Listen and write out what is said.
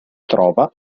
trova